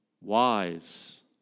wise